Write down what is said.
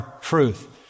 truth